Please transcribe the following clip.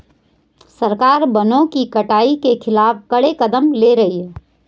सरकार वनों की कटाई के खिलाफ कड़े कदम ले रही है